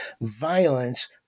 violence